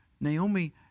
Naomi